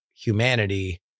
humanity –